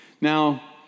Now